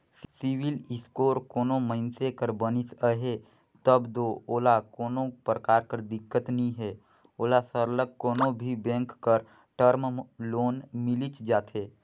CIBIL score कोनो मइनसे कर बनिस अहे तब दो ओला कोनो परकार कर दिक्कत नी हे ओला सरलग कोनो भी बेंक कर टर्म लोन मिलिच जाथे